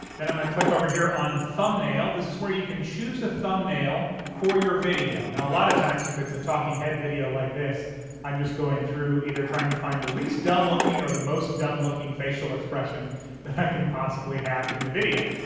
then i'm going to click over here on thumbnail this is where you can choose a thumbnail for your video. now a lot of times if it's a talking head video like this i'm just going through either trying to find the least dumb looking or the most dumb looking facial expression that i can possibly have in the video.